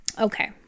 Okay